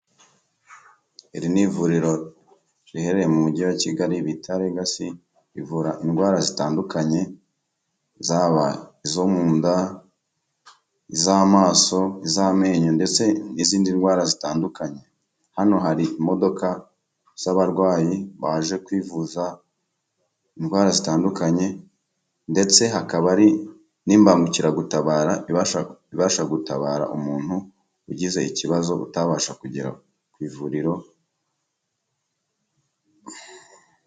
Iri ni ivuriro riherereye mu mujyi wa Kigali, bita Legacy, rivura indwara zitandukanye, zaba izo mu nda, iz'amaso, iz'amenyo ndetse n'izindi ndwara zitandukanye. Hano hari imodoka z'abarwayi baje kwivuza, indwara zitandukanye ndetse hakaba hari n'imbagukiragutabara, ibasha gutabara umuntu ugize ikibazo, utabasha kugera ku ivuriro...